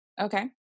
Okay